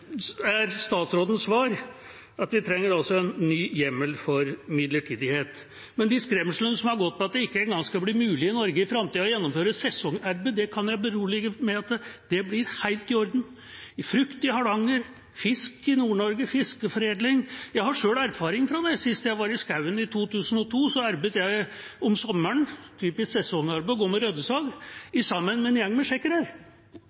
er statsrådens svar at vi trenger en ny hjemmel for midlertidighet. Men når det gjelder de skremslene som har gått om at det ikke engang skal bli mulig i Norge i framtida å gjennomføre sesongarbeid, kan jeg berolige med at det blir helt i orden – frukt i Hardanger, fisk i Nord-Norge, fiskeforedling. Jeg har selv erfaring fra det. Sist jeg var i skogen, i 2002, jobbet jeg om sommeren – typisk sesongarbeid, å gå med